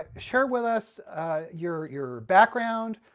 ah share with us your your background,